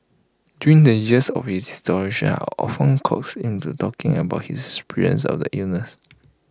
during the years of his deterioration I often coaxed him into talking about his experience of the illness